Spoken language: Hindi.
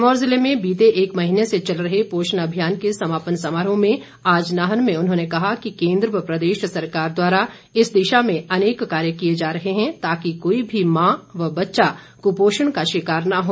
सिरमौर जिले में बीते एक महीने से चल रहे पोषण अभियान के समापन समारोह में आज नाहन में उन्होंने कहा कि केन्द्र व प्रदेश सरकार द्वारा इस दिशा में अनेक कार्य किए जा रहे हैं ताकि कोई भी माँ व बच्चा कुपोषण का शिकार न हो